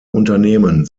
unternehmen